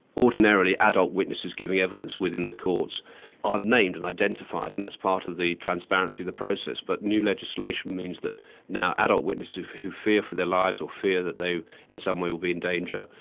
ordinarily, adult witnesses giving evidence within the courts are named and identified, and that's part of the transparency of the process, but new legislation means that now adult witnesses who fear for their lives, or fear that they in some way will be in danger,